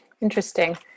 Interesting